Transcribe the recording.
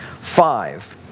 five